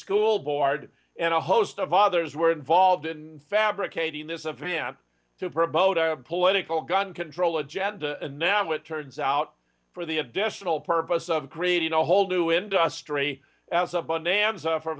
school board and a host of others were involved in fabricating this of him to promote our political gun control agenda and now it turns out for the additional purpose of creating a whole new industry